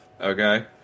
Okay